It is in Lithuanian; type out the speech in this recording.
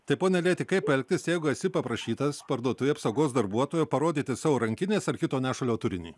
tai pone iljeiti kaip elgtis jeigu esi paprašytas parduotuvėj apsaugos darbuotojo parodyti savo rankinės ar kito nešulio turinį